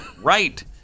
right